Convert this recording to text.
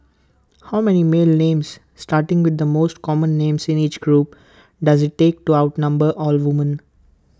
how many male names starting with the most common names in each group does IT take to outnumber all woman